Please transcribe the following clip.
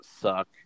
suck